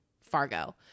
Fargo